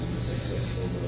successful